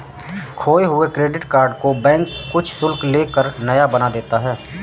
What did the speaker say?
खोये हुए credit card को बैंक कुछ शुल्क ले कर नया बना देता है